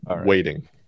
waiting